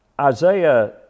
Isaiah